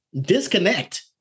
disconnect